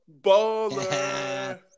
baller